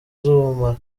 z’ubumara